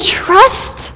trust